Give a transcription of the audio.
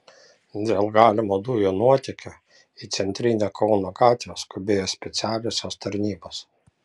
dėl galimo dujų nuotėkio į centrinę kauno gatvę skubėjo specialiosios tarnybos